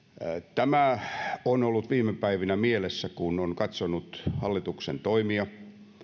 tämä on ollut viime päivinä mielessä kun on katsonut hallituksen toimia